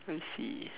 I see